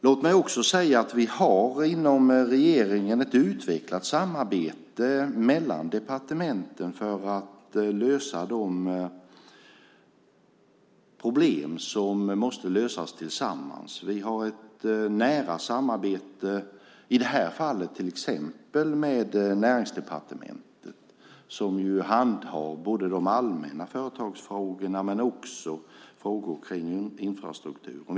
Jag vill också säga att vi inom regeringen har ett utvecklat samarbete mellan departementen för att lösa de problem som måste lösas tillsammans. Vi har ett nära samarbete, i det här fallet till exempel med Näringsdepartementet som handhar både allmänna företagsfrågor och frågor om infrastrukturen.